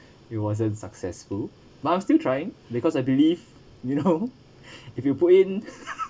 it wasn't successful but I'm still trying because I believe you know if you put in